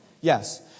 Yes